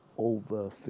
Over